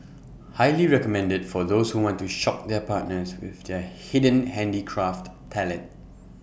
highly recommended for those who want to shock their partners with their hidden handicraft talent